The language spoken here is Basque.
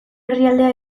herrialdea